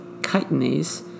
chitinase